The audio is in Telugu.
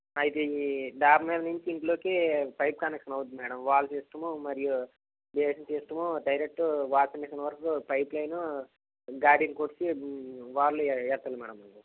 అయితే దారిలో నుంచి ఇంట్లోకి పైప్ కనెక్షన్ అవ్వుద్ది మేడం వాల్ సిస్టమ్ మరియు gate system direct washing machine వరకూ పైప్ లైన్ గార్డెన్కి వచ్చి వాల్ వెళ్తుంది మేడం